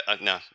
no